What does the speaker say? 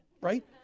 Right